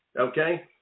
Okay